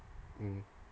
mm